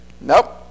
Nope